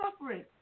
suffering